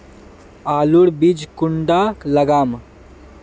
आलूर बीज कुंडा लगाम?